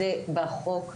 זה בחוק,